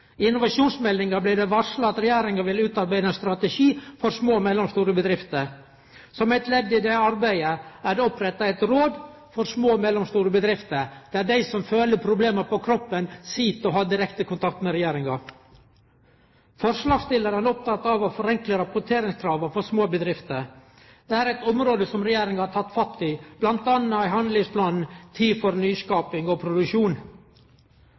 I innovasjonsmeldinga blei det varsla at regjeringa ville utarbeide ein strategi for små og mellomstore bedrifter. Som eit ledd i det arbeidet er det oppretta eit råd for små og mellomstore bedrifter, der dei som føler problemet på kroppen, sit og har direkte kontakt med regjeringa. Forslagsstillarane er opptekne av å forenkle rapporteringskrava for småbedrifter. Det er eit område som regjeringa har teke fatt i, bl.a. i handlingsplanen «Tid for nyskaping og produksjon».